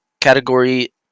Category